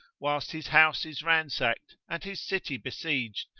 whilst his house is ransacked, and his city besieged,